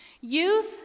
Youth